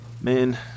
Man